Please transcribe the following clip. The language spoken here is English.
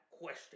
question